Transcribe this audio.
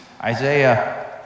Isaiah